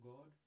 God